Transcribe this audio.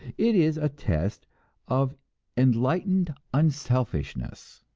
it is a test of enlightened unselfishness.